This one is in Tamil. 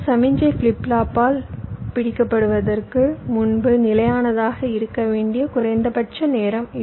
சமிக்ஞை ஃபிளிப் ஃப்ளாப்பால் பிடிக்கப்படுவதற்கு முன்பு நிலையானதாக இருக்க வேண்டிய குறைந்தபட்ச நேரம் இது